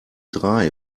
drei